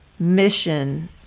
Mission